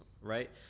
right